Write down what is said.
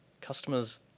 Customers